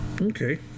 Okay